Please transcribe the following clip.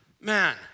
Man